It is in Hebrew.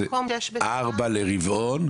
זאת אומרת הזכאיות ל- אני שואל שאלה פשוטה,